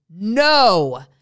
no